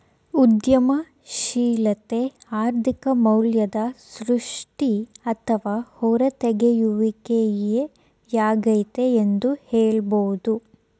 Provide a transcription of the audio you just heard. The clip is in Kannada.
ಉದ್ಯಮಶೀಲತೆ ಆರ್ಥಿಕ ಮೌಲ್ಯದ ಸೃಷ್ಟಿ ಅಥವಾ ಹೂರತೆಗೆಯುವಿಕೆ ಯಾಗೈತೆ ಎಂದು ಹೇಳಬಹುದು